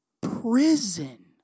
prison